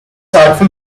artful